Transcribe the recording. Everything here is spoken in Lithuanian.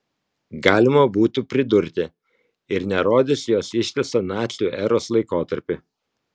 galima būtų pridurti ir nerodys jos ištisą nacių eros laikotarpį